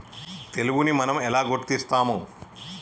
తెగులుని మనం ఎలా గుర్తిస్తాము?